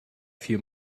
few